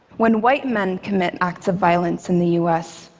when white men commit acts of violence in the us,